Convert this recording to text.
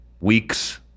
weeks